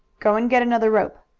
go and get another rope.